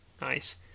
Nice